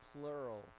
plural